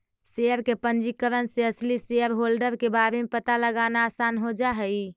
share के पंजीकरण से असली शेयरहोल्डर के बारे में पता लगाना आसान हो जा हई